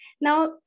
Now